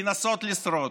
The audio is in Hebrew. לנסות לשרוד.